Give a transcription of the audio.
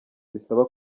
bisaba